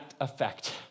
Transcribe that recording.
effect